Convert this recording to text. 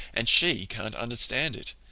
and she can't understand it.